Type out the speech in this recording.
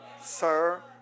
Sir